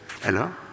Hello